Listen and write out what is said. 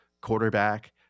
quarterback